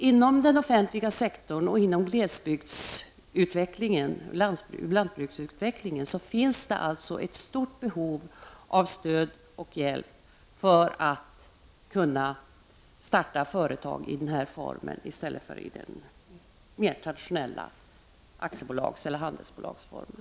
Inom den offentliga sektorn och inom lantbruksutvecklingen finns det ett stort behov av stöd och hjälp för att kunna starta företag i kooperativ form i stället för den mer traditionella aktiebolagseller handelsbolagsformen.